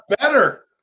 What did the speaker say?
better